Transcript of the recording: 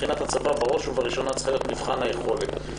מבחינת הצבא בראש ובראשונה צריך להיות מבחן היכולת.